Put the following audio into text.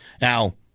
Now